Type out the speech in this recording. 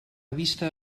vista